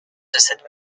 cette